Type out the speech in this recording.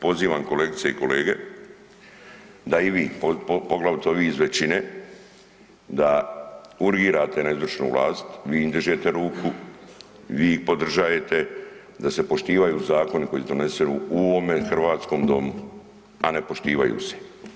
Pozivam kolegice i kolege da i vi, poglavito ovi iz većine, da urgirate na izvršnu vlast, vi im dižete ruku, vi ih podržajete, da se poštivaju zakoni koji su doneseni u ovome hrvatskome Domu, a ne poštivaju se.